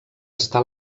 està